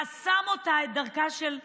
הוא חסם את דרכה של אשתו,